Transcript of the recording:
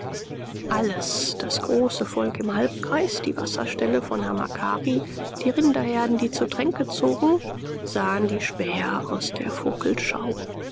alles das große volk im halbkreise die wasserstelle von hamakari die rinderherden die zur tränke zogen sahen die späher aus der